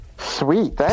Sweet